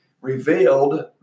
revealed